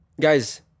guys